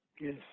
Yes